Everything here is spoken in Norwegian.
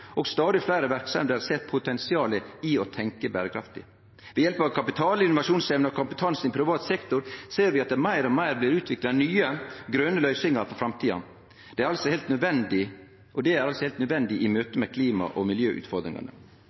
og stadig fleire verksemder ser potensialet i å tenkje berekraftig. Ved hjelp av kapital, innovasjonsevne og kompetansen i privat sektor ser vi at det meir og meir blir utvikla nye, grøne løysingar for framtida. Det er òg heilt nødvendig i møte med klima- og miljøutfordringane. Solberg-regjeringa sette i verk fleire tiltak for å forenkle tilgangen til risikokapital og